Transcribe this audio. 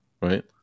right